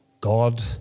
God